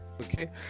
Okay